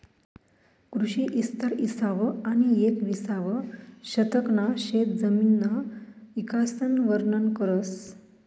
कृषी इस्तार इसावं आनी येकविसावं शतकना शेतजमिनना इकासन वरनन करस